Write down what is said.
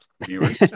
viewers